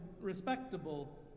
respectable